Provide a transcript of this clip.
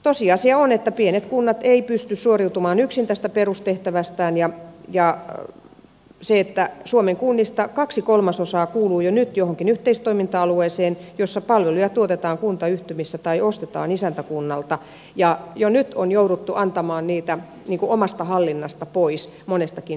tosiasia on että pienet kunnat eivät pysty suoriutumaan yksin tästä perustehtävästään ja että suomen kunnista kaksi kolmasosaa kuuluu jo nyt johonkin yhteistoiminta alueeseen jossa palveluja tuotetaan kuntayhtymissä tai ostetaan isäntäkunnalta ja jo nyt on jouduttu antamaan niitä omasta hallinnasta pois monestakin syystä